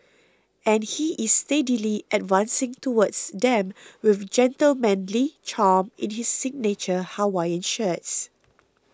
and he is steadily advancing towards them with gentlemanly charm in his signature Hawaiian shirts